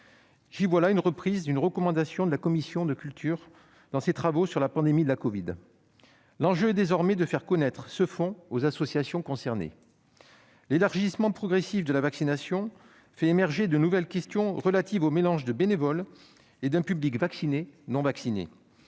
J'y vois la reprise d'une recommandation effectuée par la commission de la culture dans ses travaux sur la pandémie de la covid. L'enjeu est désormais de faire connaître ce fonds aux associations concernées. Ensuite, l'élargissement progressif de la vaccination fait émerger de nouvelles questions relatives au mélange de bénévoles et d'un public de vaccinés et de non-vaccinés.